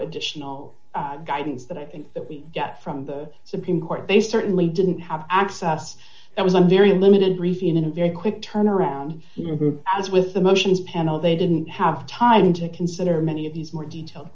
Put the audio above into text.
additional guidance that i think that we get from the supreme court they certainly didn't have access it was a very limited review in a very quick turn around your group as with the motions panel they didn't have time to consider many of these more detail